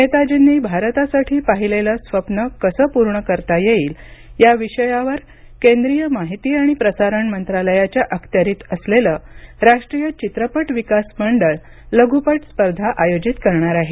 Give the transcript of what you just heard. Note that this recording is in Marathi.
नेताजींनी भारतासाठी पाहिलेलं स्वप्न कसं पूर्ण करता येईल या विषयावर केंद्रीय माहिती आणि प्रसारण मंत्रालयाच्या अखत्यारीत असलेलं राष्ट्रीय चित्रपट विकास मंडळ लघुपट स्पर्धा आयोजित करणार आहे